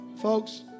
Folks